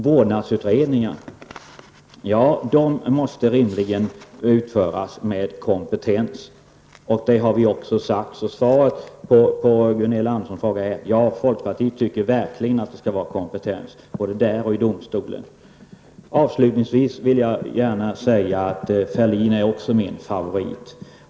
Vårdnadsutredningen måste utföras med kompetens, Gunilla Andersson. Folkpartiet tycker verkligen att det skall finnas kompetens både där och i domstolen. Låt mig avslutningsvis säga att Nils Ferlin också är min favorit.